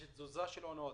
יש תזוזה של עונות